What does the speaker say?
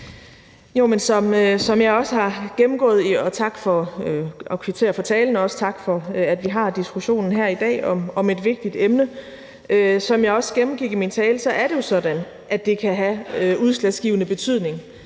ældreministeren (Astrid Krag): Tak for at kvittere for talen, og også tak for, at vi har diskussionen her i dag om et vigtigt emne. Jo, men som jeg også gennemgik i min tale, er det jo sådan, at det kan have udslagsgivende betydning